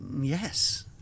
yes